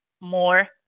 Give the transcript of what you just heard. more